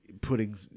putting